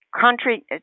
country